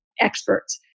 experts